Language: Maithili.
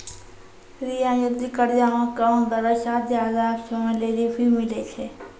रियायती कर्जा मे कम दरो साथ जादा समय लेली भी मिलै छै